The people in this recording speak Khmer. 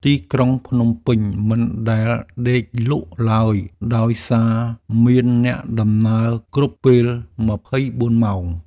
ទីក្រុងភ្នំពេញមិនដែលដេកលក់ឡើយ ដោយសារមានអ្នកដំណើរគ្រប់ពេល ២៤ ម៉ោង។